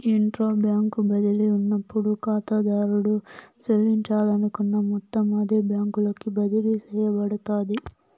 intra bank బదిలీ ఉన్నప్పుడు కాతాదారుడు సెల్లించాలనుకున్న మొత్తం అదే బ్యాంకులోకి బదిలీ సేయబడతాది